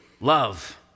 love